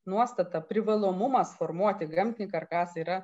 nuostata privalomumas formuoti gamtinį karkasą yra